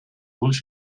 uns